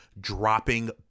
dropping